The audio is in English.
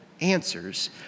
answers